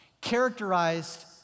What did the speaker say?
characterized